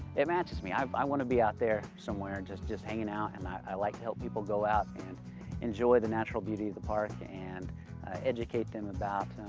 it matches me. i i want to be out there somewhere just just hanging out. and i like to help people go out and enjoy the natural beauty of the park and educate them about